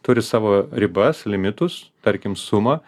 turi savo ribas limitus tarkim sumą